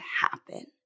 happen